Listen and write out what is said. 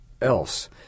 else